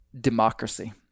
democracy